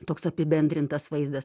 toks apibendrintas vaizdas